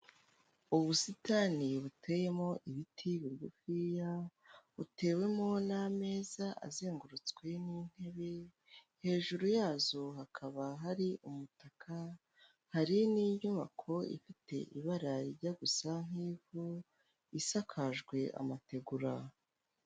Ubusitani buteyemo ibiti bugufiya butewemo n'ameza azengurutswe n'intebe hejuru yazo hakaba hari umutaka, hari n'inyubako ifite ibara rijya gusa nk'ivu isakajwe amategura.